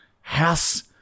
house